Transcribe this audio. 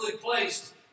placed